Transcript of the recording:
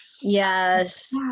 yes